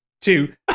Two